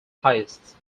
highest